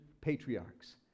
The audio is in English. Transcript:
patriarchs